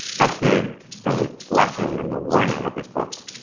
that's the the lesson and the warning of this book.